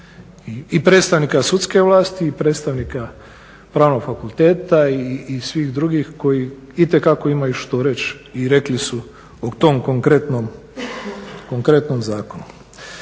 i predstavnika sudske vlast i predstavnika pravnog fakulteta i svih drugih koji itekako imaju što reći i rekli su o tom konkretnom zakonu.